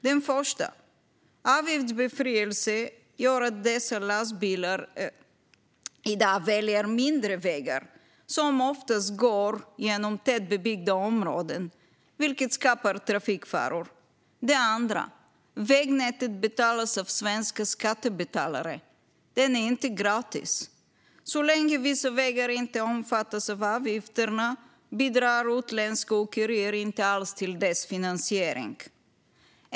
Det första skälet är att avgiftsbefrielse gör att dessa lastbilar i dag väljer mindre vägar, som oftast går genom tätbebyggda områden. Det skapar trafikfaror. Det andra skälet är att vägnätet bekostas av svenska skattebetalare. Det är inte gratis. Så länge vissa vägar inte omfattas av avgifterna bidrar utländska åkerier inte alls till deras finansiering.